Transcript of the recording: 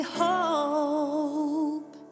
hope